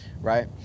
right